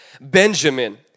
Benjamin